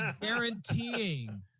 guaranteeing